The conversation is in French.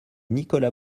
nicolas